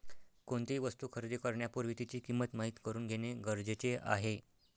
कोणतीही वस्तू खरेदी करण्यापूर्वी तिची किंमत माहित करून घेणे गरजेचे आहे